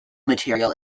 material